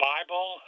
Bible